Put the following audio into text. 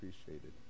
appreciated